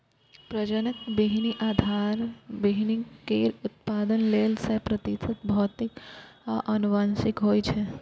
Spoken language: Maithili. प्रजनक बीहनि आधार बीहनि केर उत्पादन लेल सय प्रतिशत भौतिक आ आनुवंशिक होइ छै